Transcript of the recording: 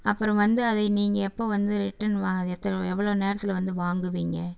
அப்பறம் வந்து அதை நீங்கள் எப்போ வந்து ரிட்டன் வா எத்துரு எவ்வளோ நேரத்தில் வந்து வாங்குவீங்க